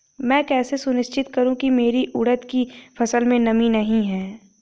मैं कैसे सुनिश्चित करूँ की मेरी उड़द की फसल में नमी नहीं है?